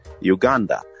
Uganda